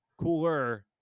cooler